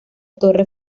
torre